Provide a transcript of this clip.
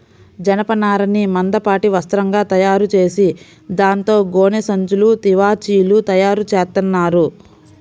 జనపనారని మందపాటి వస్త్రంగా తయారుచేసి దాంతో గోనె సంచులు, తివాచీలు తయారుచేత్తన్నారు